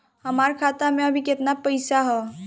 हमार खाता मे अबही केतना पैसा ह?